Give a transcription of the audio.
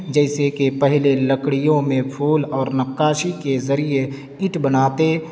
جیسے کہ پہلے لکڑیوں میں پھول اور نقاشی کے ذریعے اینٹ بناتے